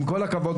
עם כל הכבוד,